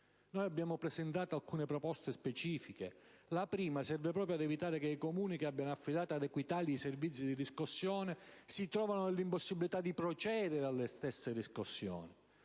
Noi abbiamo presentato alcune proposte specifiche: la prima serve proprio ad evitare che i Comuni che abbiano affidato ad Equitalìa i servizi di riscossione si trovino nell'impossibilità di procedere alle stesse. La seconda